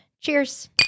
Cheers